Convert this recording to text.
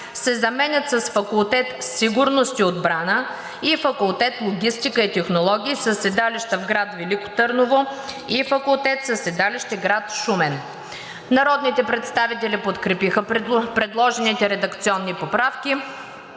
се заменят с „факултет „Сигурност и отбрана“ и факултет „Логистика и технологии“ със седалища в град Велико Търново, и факултет със седалище в град Шумен“.“ Народните представители подкрепиха предложените редакционни поправки,